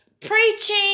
preaching